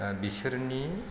बिसोरनि